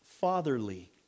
fatherly